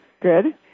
Good